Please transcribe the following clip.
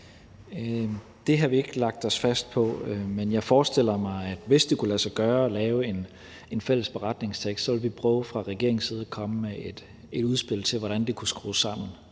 Det har vi ikke lagt os fast på, men jeg forestiller mig, at hvis det kan lade sig gøre at lave en fælles beretningstekst, så vil vi fra regeringens side prøve at komme med et udspil til, hvordan den kunne skrues sammen,